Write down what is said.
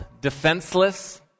defenseless